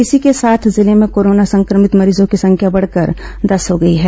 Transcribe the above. इसी के साथ जिले में कोरोना संक्रमित मरीजों की संख्या में बढ़कर दस हो गई है